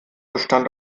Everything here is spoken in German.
bestand